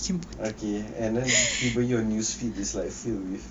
okay and then tiba your news feed is like filled with